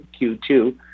Q2